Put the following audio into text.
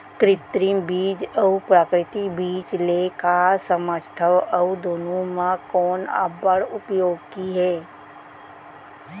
कृत्रिम बीज अऊ प्राकृतिक बीज ले का समझथो अऊ दुनो म कोन अब्बड़ उपयोगी हे?